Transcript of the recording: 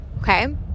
Okay